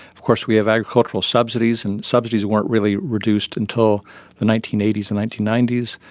of course we have agricultural subsidies and subsidies weren't really reduced until the nineteen eighty s and nineteen ninety s.